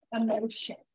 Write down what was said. emotion